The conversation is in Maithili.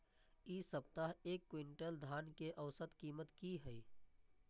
इ सप्ताह एक क्विंटल धान के औसत कीमत की हय?